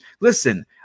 Listen